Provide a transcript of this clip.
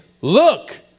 look